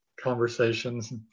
conversations